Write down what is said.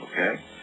Okay